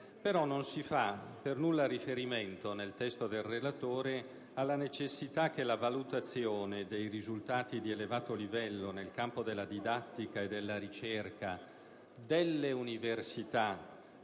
non si fa affatto riferimento alla necessità che la valutazione dei risultati di elevato livello nel campo della didattica e della ricerca delle università